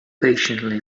patiently